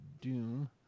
Doom